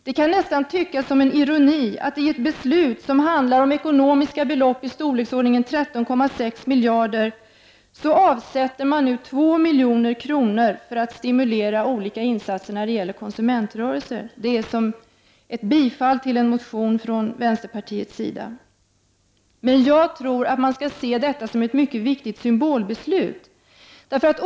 Det kan nästan tyckas som en ironi att det i ett beslut som handlar om ekonomiska belopp i storleksordningen 13,6 miljarder kronor avsätts 2 milj.kr. för att stimulera olika insatser när det gäller konsumentrörelser, nämligen genom bifall till en motion från vänsterpartiet. Men jag tror att man skall se detta som ett mycket viktigt symbolbeslut.